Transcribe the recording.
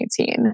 2019